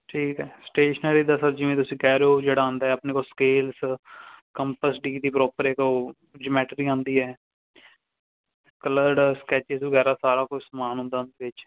ਠੀਕ ਹੈ ਸਟੇਸ਼ਨਰੀ ਦਾ ਸਰ ਜਿਵੇਂ ਤੁਸੀਂ ਕਹਿ ਰਹੇ ਹੋ ਜਿਹੜਾ ਆਉਂਦਾ ਹੈ ਆਪਣੇ ਕੋਲ ਸਕੇਲਸ ਕੰਪਸ ਡੀ ਦੀ ਪ੍ਰੋਪਰ ਇੱਕ ਉਹ ਜਮੈਟਰੀ ਆਉਂਦੀ ਹੈ ਕਲਰਡ ਸਕੈਚਸ ਵਗੈਰਾ ਸਾਰਾ ਕੁਛ ਸਮਾਨ ਹੁੰਦਾ ਉਹਦੇ ਵਿੱਚ